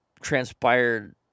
transpired